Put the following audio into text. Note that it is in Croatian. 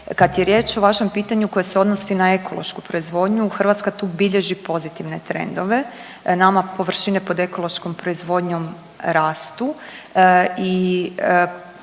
Kad je riječ o vašem pitanju koje se odnosi na ekološku proizvodnju Hrvatska tu bilježi pozitivne trendove. Nama površine pod ekološkom proizvodnjom rastu i onaj